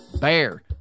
BEAR